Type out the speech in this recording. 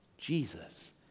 Jesus